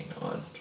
on